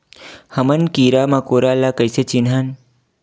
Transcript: हमन कीरा मकोरा ला कइसे चिन्हन?